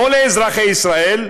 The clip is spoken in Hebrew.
לא לאזרחי ישראל,